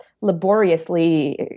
laboriously